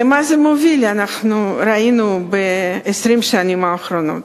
למה זה מוביל, אנחנו ראינו ב-20 השנים האחרונות.